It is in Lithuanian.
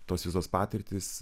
tos visos patirtys